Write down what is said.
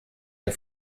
der